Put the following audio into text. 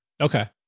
Okay